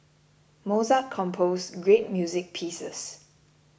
Mozart composed great music pieces